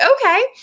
okay